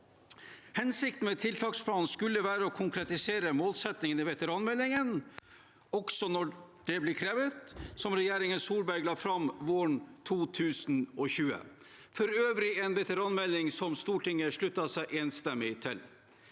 Hensikten med tiltaksplanen skulle være å konkretisere målsettingene i veteranmeldingen «Også vi når det blir krevet», som regjeringen Solberg la fram våren 2020 – for øvrig en veteranmelding Stortinget sluttet seg enstemmig til.